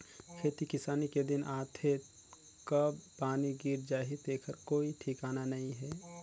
खेती किसानी के दिन आथे कब पानी गिर जाही तेखर कोई ठिकाना नइ हे